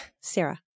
Sarah